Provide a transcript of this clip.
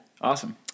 Awesome